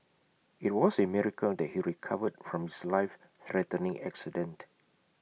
IT was A miracle that he recovered from his lifethreatening accident